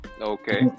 Okay